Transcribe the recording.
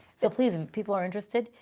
so please, if people are interested,